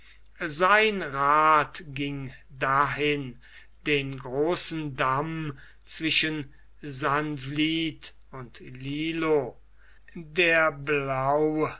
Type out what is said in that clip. sein rath ging dahin den großen damm zwischen sanvliet und lillo der blaauwgarendyk